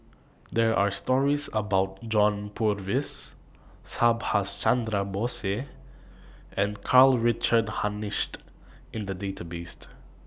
There Are stories about John Purvis Subhas Chandra Bose and Karl Richard Hanitsch in The Database